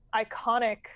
iconic